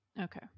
Okay